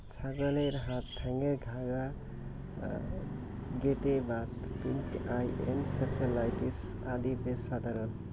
ছাগলের হাত ঠ্যাঙ্গের ঘাউয়া, গেটে বাত, পিঙ্ক আই, এনসেফালাইটিস আদি বেশ সাধারণ